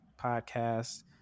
podcast